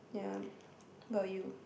yeah what about you